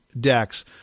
decks